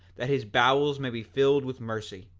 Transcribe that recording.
that his bowels may be filled with mercy,